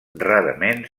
rarament